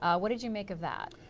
ah what did you make of that?